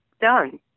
done